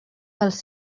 pels